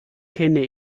kenne